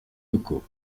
locaux